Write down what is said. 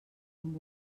amb